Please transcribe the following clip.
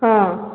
ହଁ